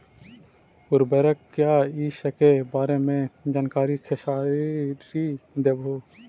उर्वरक क्या इ सके बारे मे जानकारी खेसारी देबहू?